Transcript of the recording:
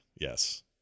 Yes